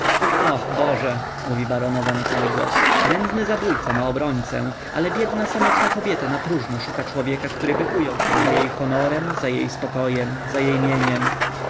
o boże mówi baronowa na cały głos nędzny zabójca ma obrońcę ale biedna samotna kobieta napróżno szuka człowieka któryby ujął się za jej honorem za jej spokojem za